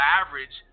average